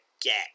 get